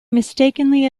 mistakenly